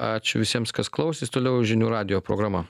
ačiū visiems kas klausės toliau žinių radijo programa